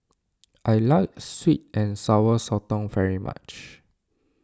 I like Sweet and Sour Sotong very much